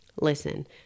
Listen